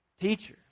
teacher